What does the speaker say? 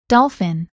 Dolphin